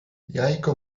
jajko